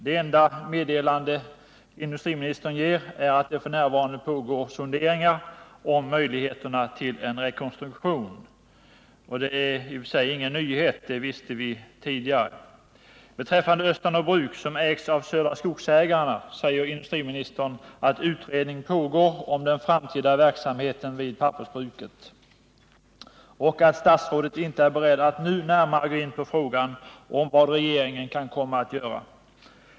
Det enda meddelande industriministern ger är att det f.n. ”pågår sonderingar om möjligheterna till en rekonstruktion”. Det är alltså ingenting nytt, det visste vi tidigare. Beträffande Östanå bruk, som ägs av Södra Skogsägarna, säger industriministern att utredning pågår om den framtida verksamheten vid pappersbruket och att statsrådet inte är beredd att nu närmare gå in på frågan om vad regeringen kan komma att göra.